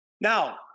Now